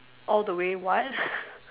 all the way what